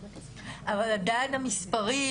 אבל עדיין המספרים